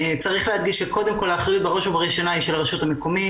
צריך להדגיש שקודם כל ובראש וראשונה האחריות היא על הרשות המקומית.